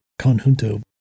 Conjunto